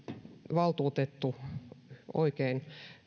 valtuutettu oikein